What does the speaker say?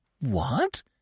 What